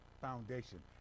foundation